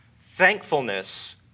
Thankfulness